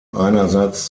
einerseits